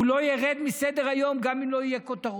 הוא לא ירד מסדר-היום גם אם לא יהיו כותרות,